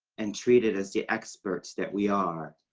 and treated as the experts that we are,